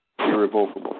irrevocable